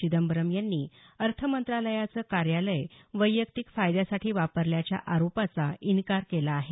चिंदंबरम यांनी अर्थमंत्रालयाचं कार्यालय वैयक्तिक फायद्यासाठी वापरल्याच्या आरोपाचा इन्कार केला आहे